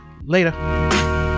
later